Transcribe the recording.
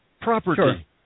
property